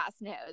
knows